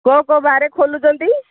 କେଉଁ କେଉଁ ବାର ଖୋଲୁଛନ୍ତି